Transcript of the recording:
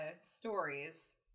stories